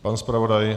Pan zpravodaj.